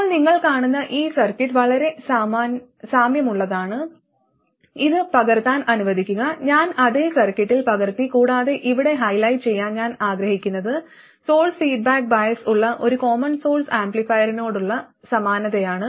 ഇപ്പോൾ നിങ്ങൾ കാണുന്ന ഈ സർക്യൂട്ട് വളരെ സാമ്യമുള്ളതാണ് ഇത് പകർത്താൻ അനുവദിക്കുക ഞാൻ അതേ സർക്യൂട്ടിൽ പകർത്തി കൂടാതെ ഇവിടെ ഹൈലൈറ്റ് ചെയ്യാൻ ഞാൻ ആഗ്രഹിക്കുന്നത് സോഴ്സ് ഫീഡ്ബാക്ക് ബയസ് ഉള്ള ഒരു കോമൺ സോഴ്സ് ആംപ്ലിഫയറിനോടുള്ള സമാനതയാണ്